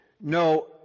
No